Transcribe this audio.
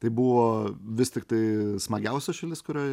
tai buvo vis tiktai smagiausia šalis kurioj